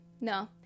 No